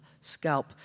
scalp